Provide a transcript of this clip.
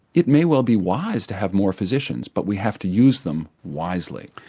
it may well be wise to have more physicians but we have to use them wisely.